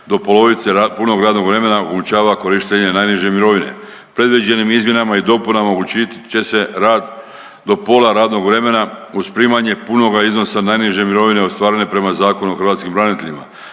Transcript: do polovice punog radnog vremena omogućava korištenje najniže mirovine. Predviđenim izmjenama i dopunama omogućit će se rad do pola radnog vremena uz primanje punoga iznosa najniže mirovine ostvarene prema Zakonu o hrvatskim braniteljima,